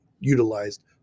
utilized